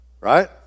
right